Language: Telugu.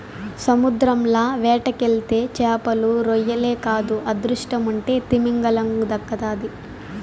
సముద్రంల వేటకెళ్తే చేపలు, రొయ్యలే కాదు అదృష్టముంటే తిమింగలం దక్కతాది